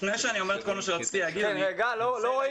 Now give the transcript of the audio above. לפני שאני אומר את כל מה שרציתי להגיד, אני רוצה